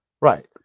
Right